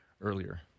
earlier